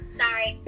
sorry